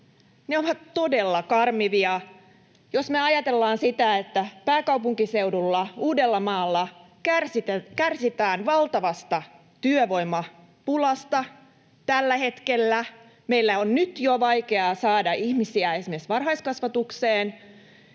Ne ovat todella karmivia. Jos me ajatellaan sitä, että pääkaupunkiseudulla, Uudellamaalla kärsitään valtavasta työvoimapulasta tällä hetkellä ja meillä on nyt jo vaikeaa saada ihmisiä esimerkiksi varhaiskasvatukseen,